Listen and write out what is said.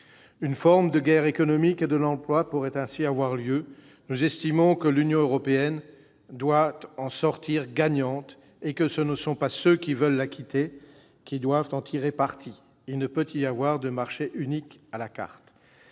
Une forme de guerre économique et de l'emploi pourrait avoir lieu. Nous estimons que l'Union européenne doit en sortir gagnante et que ce ne sont pas ceux qui veulent la quitter qui doivent en tirer parti. Il ne peut y avoir de marché unique à la carte.